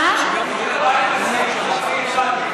מה עם הסעיף שאני הצעתי,